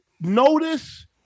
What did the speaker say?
notice